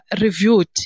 reviewed